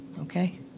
Okay